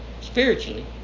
spiritually